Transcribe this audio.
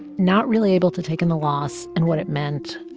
not really able to take in the loss and what it meant,